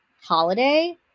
holiday